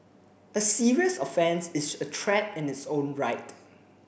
a serious offence is a threat in its own right